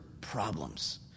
problems